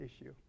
issue